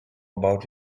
about